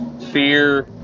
Fear